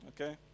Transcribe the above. Okay